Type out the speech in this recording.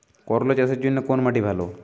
করলা চাষের জন্য কোন মাটি ভালো?